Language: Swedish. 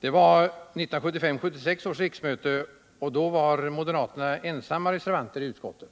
Det var vid 1975/76 års riksmöte, och då var moderaterna ensamma reservanter i utskottet.